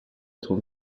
trouve